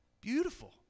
Beautiful